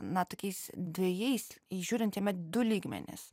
na tokiais dvejais įžiūrint jame du lygmenis